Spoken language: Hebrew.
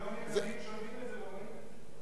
אבל מיליון ילדים שומעים את זה ורואים את זה.